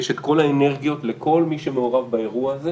ויש את כל האנרגיות לכל מי שמעורב באירוע הזה